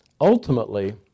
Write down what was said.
ultimately